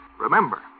Remember